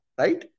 right